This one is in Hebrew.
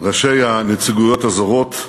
ראשי הנציגויות הזרות,